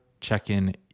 check-in